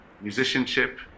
musicianship